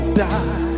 die